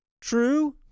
true